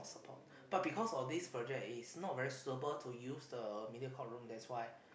support but because of this project is not very suitable to use the Mediacorp room that's why